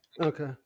okay